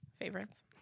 favorites